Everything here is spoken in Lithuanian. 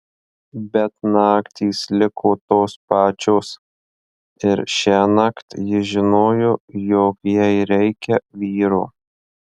bet naktys liko tos pačios ir šiąnakt ji žinojo jog jai reikia vyro